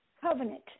covenant